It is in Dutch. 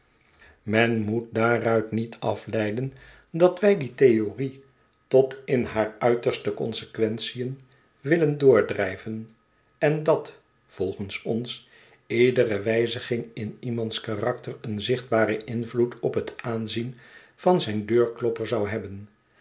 men moet daaruit niet afleiden dat wij die theorie tot in haar uiterste consequentien willen doordrijven en dat volgens ons iedere wijziging in iemands karakter een zichtbaren invloed op het aanzien van zijn deurklopper zou hebben